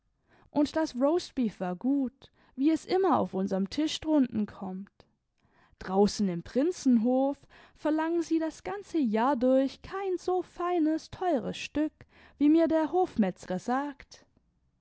und das roastbeef war gut wie es immer auf unsern tisch drunten kommt draußen im prinzenhof verlangen sie das ganze jahr durch kein so feines teures stück wie mir der hofmetzger sagt